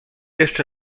jeszcze